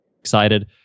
excited